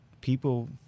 people